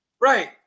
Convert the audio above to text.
right